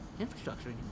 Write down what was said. infrastructure